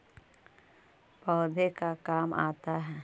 पौधे का काम आता है?